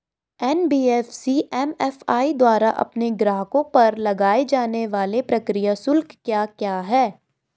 NBFC MFI द्वारा अपने ग्राहकों पर लगाए जाने वाले प्रक्रिया शुल्क क्या क्या हैं?